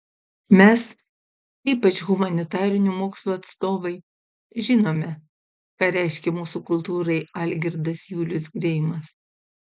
mes ypač humanitarinių mokslų atstovai žinome ką reiškia mūsų kultūrai algirdas julius greimas